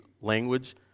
language